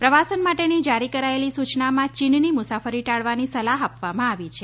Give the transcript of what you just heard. પ્રવાસન માટેની જારી કરાયેલી સૂચનામાં ચીનની મુસાફરી ટાળવાની સલાહ આપવામાં આવી છે